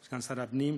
סגן שר הפנים,